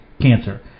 cancer